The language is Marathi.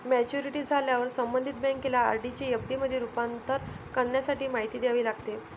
मॅच्युरिटी झाल्यावर संबंधित बँकेला आर.डी चे एफ.डी मध्ये रूपांतर करण्यासाठी माहिती द्यावी लागते